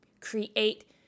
create